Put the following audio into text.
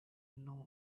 know